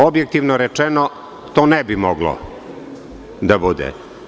Objektivno rečeno to ne bi moglo da bude.